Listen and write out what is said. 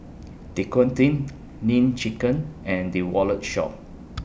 Dequadin Nene Chicken and The Wallet Shop